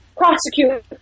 prosecute